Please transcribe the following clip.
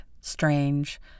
strange